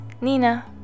Nina